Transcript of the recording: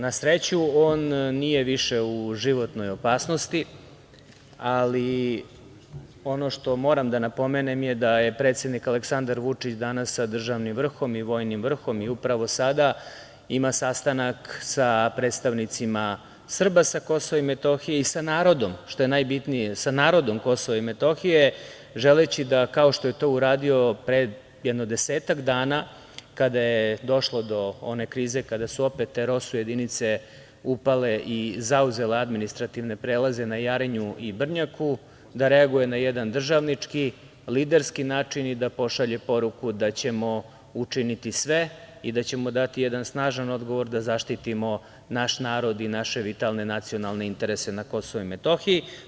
Na sreću, on nije više u životnoj opasnosti, ali ono što moram da napomenem je da je predsednik Aleksandar Vučić danas sa državnim vrhom i vojnim vrhom i upravo sada ima sastanak sa predstavnicima Srba sa KiM i sa narodom, što je najbitnije, sa narodom KiM, želeći da kao što je to uradio pre jedno desetak dana, kada je došlo do one krize kada su opet te ROSU jedinice upale i zauzele administrativne prelaze na Jarinju i Brnjaku, da reaguje na jedan državnički, liderski način i da pošalje poruku da ćemo učiniti sve i da ćemo dati jedan snažan odgovor da zaštitimo naš narod i naše vitalne nacionalne interese na KiM.